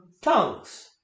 Tongues